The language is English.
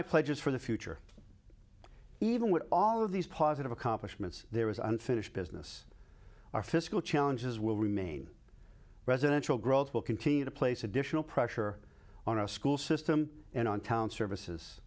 pledges for the future even with all of these positive accomplishments there was unfinished business our fiscal challenges will remain residential growth will continue to place additional pressure on our school system and on town services